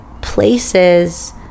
places